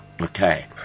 okay